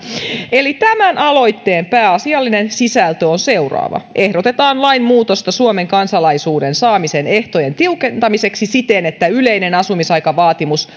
eli tämän aloitteen pääasiallinen sisältö on seuraava ehdotetaan lainmuutosta suomen kansalaisuuden saamisen ehtojen tiukentamiseksi siten että yleinen asumisaikavaatimus